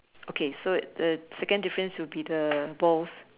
okay so the second difference will be the balls